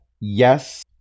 yes